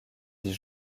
dit